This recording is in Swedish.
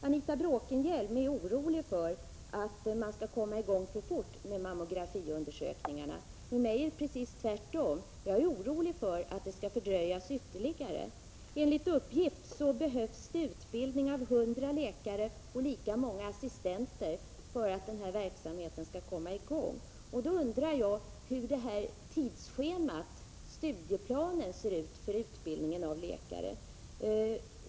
Anita Bråkenhielm är orolig för att man skall komma i gång för fort med mammografiundersökningarna. Med mig är det precis tvärtom — jag är orolig för att de skall fördröjas ytterligare. Enligt uppgift behövs det utbildning av 100 läkare och lika många assistenter för att verksamheten skall komma i gång. Jag undrar då hur tidsschemat — studieplanen — för utbildningen av läkare ser ut.